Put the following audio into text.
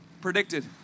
predicted